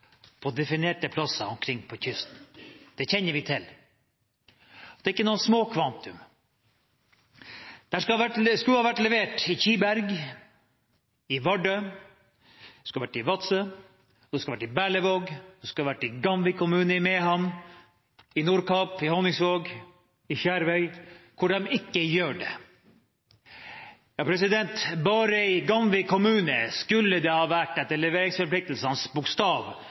på kysten, det kjenner vi til. Det er ikke noe småkvantum. Det skulle vært levert i Kiberg, i Vardø, i Vadsø, i Berlevåg, i Gamvik kommune i Mehamn, i Nordkapp, i Honningsvåg, i Skjervøy, hvor de ikke gjør det. Bare i Gamvik kommune skulle det etter leveringsforpliktelsenes bokstav